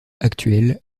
actuels